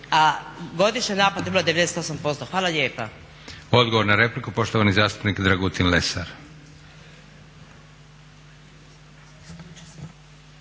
Josip (SDP)** Hvala lijepa. Odgovor na repliku, poštovani zastupnik Dragutin Lesar.